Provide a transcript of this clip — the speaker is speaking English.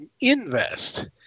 invest